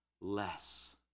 less